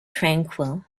tranquil